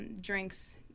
drinks